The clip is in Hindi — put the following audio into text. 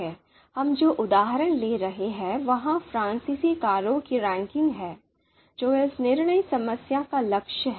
हम जो उदाहरण ले रहे हैं वह फ्रांसीसी कारों की रैंकिंग है जो इस निर्णय समस्या का लक्ष्य है